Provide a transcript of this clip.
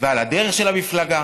ועל הדרך של המפלגה,